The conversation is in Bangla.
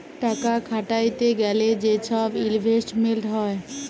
টাকা খাটাইতে গ্যালে যে ছব ইলভেস্টমেল্ট হ্যয়